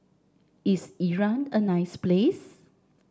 is Iran a nice place